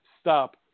stop